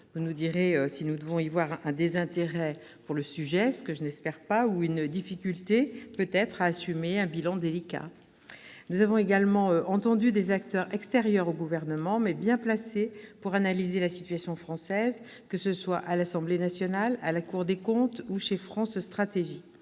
Vous nous direz si nous devons y voir un désintérêt pour le sujet, ce que je n'espère pas, ou, peut-être, l'expression d'une difficulté à assumer un bilan délicat ... Nous avons également entendu des acteurs extérieurs au Gouvernement, mais bien placés pour analyser la situation française, que ce soit à l'Assemblée nationale, à la Cour des comptes ou chez France stratégie.